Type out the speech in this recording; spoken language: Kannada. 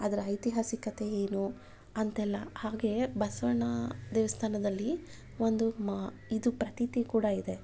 ಅದ್ರ ಐತಿಹಾಸಿಕತೆ ಏನು ಅಂತೆಲ್ಲ ಹಾಗೆ ಬಸವಣ್ಣ ದೇವಸ್ಥಾನದಲ್ಲಿ ಒಂದು ಮ ಇದು ಪ್ರತೀತಿ ಕೂಡ ಇದೆ